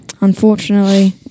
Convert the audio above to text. unfortunately